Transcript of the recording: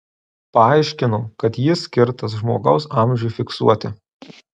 paaiškino kad jis skirtas žmogaus amžiui fiksuoti